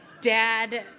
dad